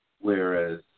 Whereas